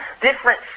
different